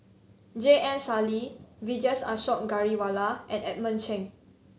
J M Sali Vijesh Ashok Ghariwala and Edmund Cheng